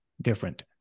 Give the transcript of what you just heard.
different